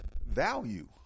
value